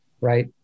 right